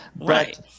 right